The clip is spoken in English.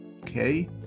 okay